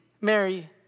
Mary